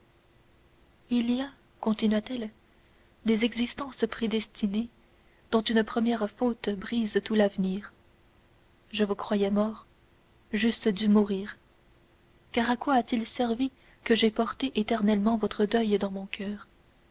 il y a continua-t-elle des existences prédestinées dont une première faute brise tout l'avenir je vous croyais mort j'eusse dû mourir car à quoi a-t-il servi que j'aie porté éternellement votre deuil dans mon coeur